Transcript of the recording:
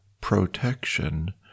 protection